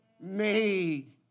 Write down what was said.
made